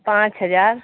پانچ ہجار